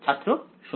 ছাত্র 0